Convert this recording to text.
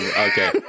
Okay